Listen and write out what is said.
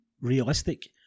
realistic